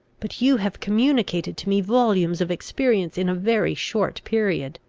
but you have communicated to me volumes of experience in a very short period.